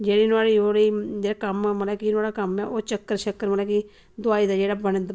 जेह्ड़ी नुआढ़ीअेाह् ते जेह्ड़े कम्म मतलब जेह्ड़ा नुआढ़ा कम्म ऐ चक्कर शक्कर मतलब कि दवाई दा जेह्ड़ा बंदे